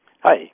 Hi